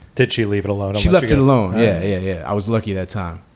did she leave it alone? she left it alone. hey, i was lucky that time.